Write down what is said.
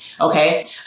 Okay